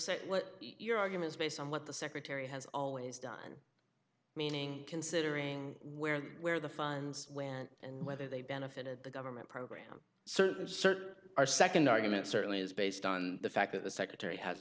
say your argument is based on what the secretary has always done meaning considering where where the funds went and whether they benefited the government program certain certain our second argument certainly is based on the fact that the secretary has